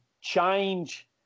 change